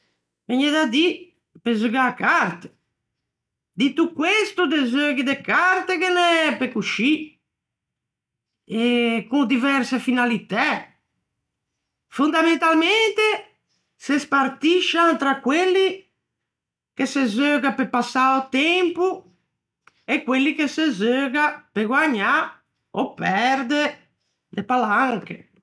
Vëgne da dî, pe zugâ à carte. Dito questo, de zeughi de carte ghe n'é pe coscì, e condiverse finalitæ. Fondamentalmente se spartscian tra quelli che se zeuga pe passâ o tempo, e quelli che se zeuga pe guägnâ, ò perde, de palanche.